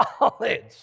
knowledge